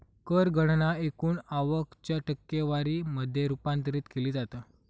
कर गणना एकूण आवक च्या टक्केवारी मध्ये रूपांतरित केली जाता